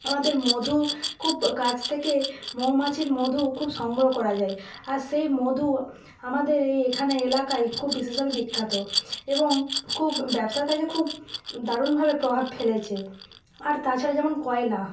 আমাদের মধু খুব গাছ থেকে মৌমাছির মধু খুব সংগ্রহ করা যায় আর সেই মধু আমাদের এই এখানে এলাকায় খুব বিশেষভাবে বিখ্যাত এবং খুব ব্যবসার কাজে খুব দারুনভাবে প্রভাব ফেলেছে আর তাছাড়া যেমন কয়লা